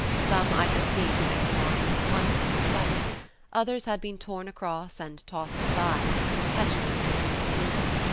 some i could see to bear the marks of constant study others had been torn across and tossed aside as if in petulance or disapproval.